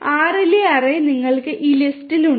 R ലെ array പോലെ നിങ്ങൾക്ക് ഈ ലിസ്റ്റ് ഉണ്ട്